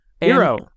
Hero